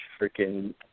freaking